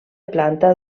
planta